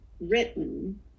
written